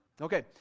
Okay